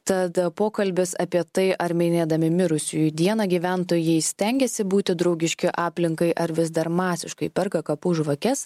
tad pokalbis apie tai ar minėdami mirusiųjų dieną gyventojai stengiasi būti draugiški aplinkai ar vis dar masiškai perka kapų žvakes